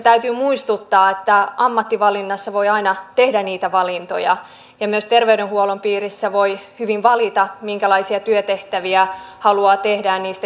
täytyy muistuttaa että ammatinvalinnassa voi aina tehdä niitä valintoja ja myös terveydenhuollon piirissä voi hyvin valita minkälaisia työtehtäviä haluaa ja niistä keskustella